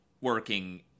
working